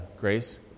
Grace